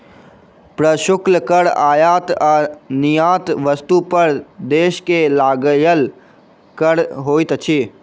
प्रशुल्क कर आयात आ निर्यात वस्तु पर देश के लगायल कर होइत अछि